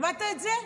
שמעת את זה?